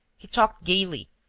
he talked gaily,